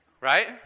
Right